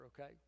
okay